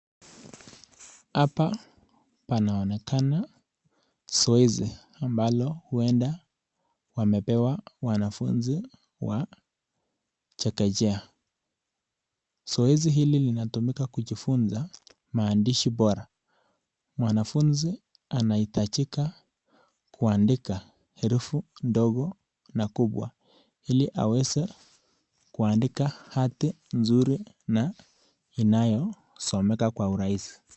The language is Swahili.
Hapa panaonekana zoezi ambalo huenda wamepewa wanafunzi wa chekechea, zoezi hili linatumika kujifunza maandishi bora, mwanafunzi anahitajika kuandika herufi ndogo na kubwa ili aweze kuandika hati nzuri na inayosomeka kwa urahisi.